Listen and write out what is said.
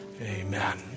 Amen